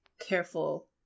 careful